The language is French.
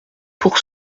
pour